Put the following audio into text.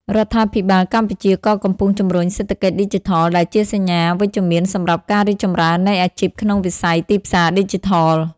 រដ្ឋាភិបាលកម្ពុជាក៏កំពុងជំរុញសេដ្ឋកិច្ចឌីជីថល ដែលជាសញ្ញាវិជ្ជមានសម្រាប់ការរីកចម្រើននៃអាជីពក្នុងវិស័យទីផ្សារឌីជីថល។